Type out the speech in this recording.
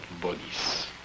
bodies